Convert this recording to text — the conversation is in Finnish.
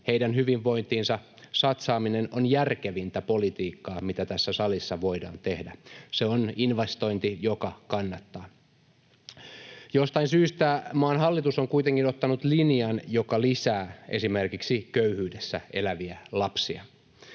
Heidän hyvinvointiinsa satsaaminen on järkevintä politiikkaa, mitä tässä salissa voidaan tehdä. Se on investointi, joka kannattaa. Jostain syystä maan hallitus on kuitenkin ottanut linjan, joka lisää esimerkiksi köyhyydessä eläviä lapsia.